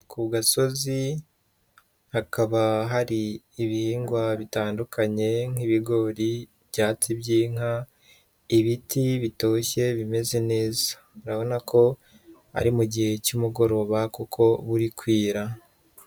Ku gasozi, hakaba hari ibihingwa bitandukanye; nk'ibigori, ibyatsi by'inka, ibiti bitoshye bimeze neza. Urabona ko ari mu gihe cy'umugoroba kuko buri kwira.